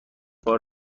بار